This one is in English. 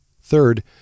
Third